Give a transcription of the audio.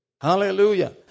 Hallelujah